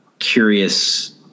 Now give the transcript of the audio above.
curious